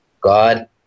God